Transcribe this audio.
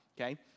Okay